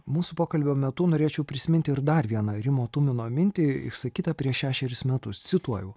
mūsų pokalbio metu norėčiau prisiminti ir dar vieną rimo tumino mintį išsakytą prieš šešerius metus cituoju